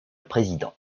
président